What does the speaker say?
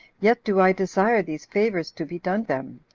yet do i desire these favors to be done them,